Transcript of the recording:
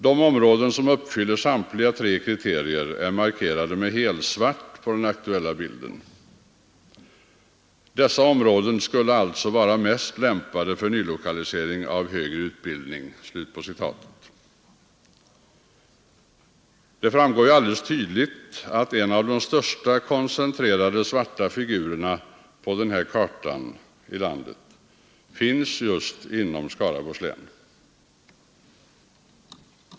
De områden som uppfyller samtliga tre kriterier är markerade med helsvart på den aktuella bilden. ”Dessa områden skulle alltså vara mest lämpade för nylokalisering av högre utbildning ———”, konstateras det i rapporten. Det framgår ju tydligt att en av de största koncentrerade svarta figurerna på den här kartan över landet finns just inom Skaraborgs län.